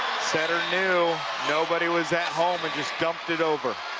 setter knew, nobody was at home and just dumped it over.